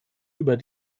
über